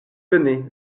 tenez